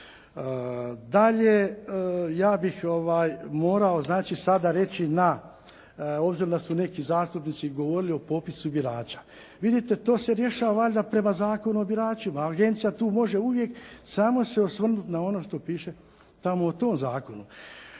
Dalje, ja bih morao sada reći na obzirom da su neki zastupnici govorili o popisu birača. Vidite to se rješava valjda prema Zakonu o biračima. Agencija tu može uvijek samo se osvrnuti na ono što piše tamo u tom zakonu.